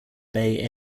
bay